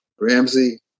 Ramsey